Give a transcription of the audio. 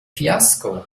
fiasko